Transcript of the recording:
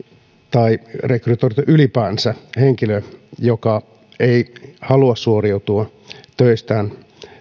tai rekrytoitu ylipäänsä henkilö joka ei halua suoriutua töistään